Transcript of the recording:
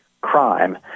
crime